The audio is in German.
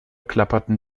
klapperten